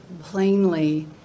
plainly